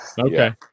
okay